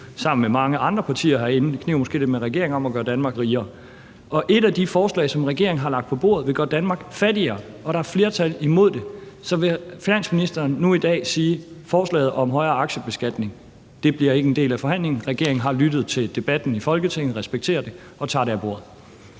sammen med mange andre partier herinde – det kniber måske lidt med regeringen – ambitionen om at gøre Danmark rigere, og et af de forslag, som regeringen har lagt på bordet, vil gøre Danmark fattigere. Og da der er flertal imod det, vil finansministeren nu i dag sige: Forslaget om højere aktiebeskatning bliver ikke en del af forhandlingen, regeringen har lyttet til debatten i Folketinget, respekterer det og tager det af bordet?